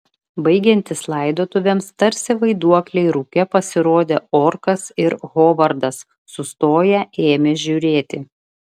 baigiantis laidotuvėms tarsi vaiduokliai rūke pasirodė orkas ir hovardas sustoję ėmė žiūrėti